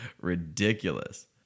ridiculous